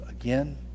again